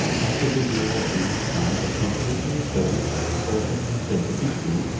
after buddir ad deen houssun had confidently affirmed all that he said to be true,